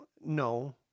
no